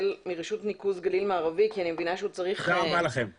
מרשות ניקוז גליל מערבי כי אני מבינה שהוא צריך לצאת.